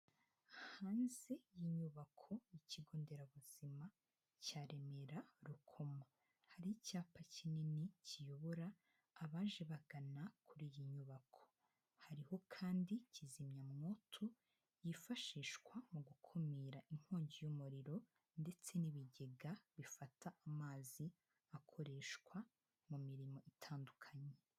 Hanze y'inyubako ikigo nderabuzima cya Remera Rukoma hari icyapa kinini kiyobora abaje bagana kuri iyi nyubako, hariho kandi kizimyamwoto yifashishwa mu gukumira inkongi y'umuriro ndetse n'ibigega bifata amazi akoreshwa mu mirimo itandukanye.